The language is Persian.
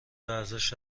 ورزش